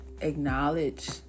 acknowledge